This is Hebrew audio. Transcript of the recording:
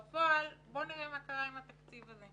בפועל בוא נראה מה למיטב ידיעתי קרה עם התקציב הזה